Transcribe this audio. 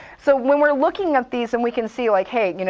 so when we're looking at these, and we can see like hey, you know